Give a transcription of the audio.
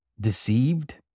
deceived